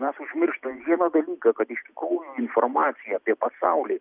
mes užmirštam vieną dalyką kad iš tikrųjų informacija apie pasaulį